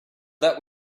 that